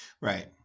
right